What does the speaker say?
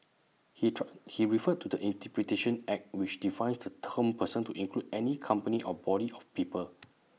he try he referred to the interpretation act which defines the term person to include any company or body of people